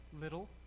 little